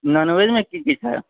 नॉनवेजमे की की छै